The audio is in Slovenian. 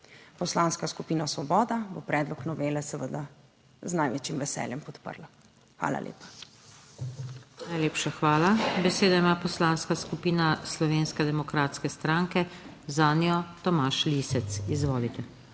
Poslanska skupina Svoboda bo predlog novele seveda z največjim veseljem podprla. Hvala lepa. **PODPREDSEDNICA NATAŠA SUKIČ:** Najlepša hvala. Besedo ima Poslanska skupina Slovenske demokratske stranke, zanjo Tomaž Lisec. Izvolite.